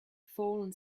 fallen